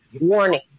Warning